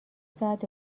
ساعت